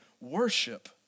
worship